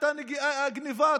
את הגנבה,